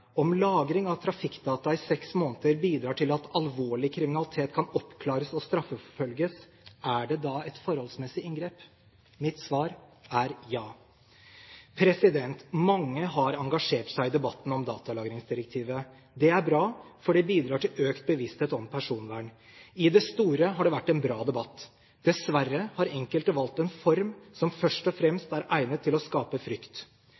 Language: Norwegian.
Om lagring av trafikkdata i seks måneder bidrar til at alvorlig kriminalitet kan oppklares og straffeforfølges, er det da et forholdsmessig inngrep? Mitt svar er ja. Mange har engasjert seg i debatten om datalagringsdirektivet. Det er bra, for det bidrar til økt bevissthet om personvern. I det store og hele har det vært en bra debatt. Dessverre har enkelte valgt en form som først og fremst er egnet til å skape frykt.